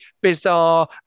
bizarre